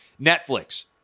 Netflix